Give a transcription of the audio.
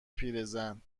پیرزن